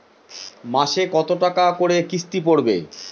মাসে কত টাকা করে কিস্তি পড়বে?